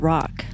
Rock